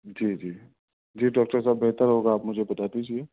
جی جی جی ڈاکٹر صاحب بہتر ہوگا آپ مجھے بتا دیجئے